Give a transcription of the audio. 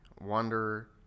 wanderer